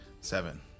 Seven